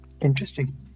Interesting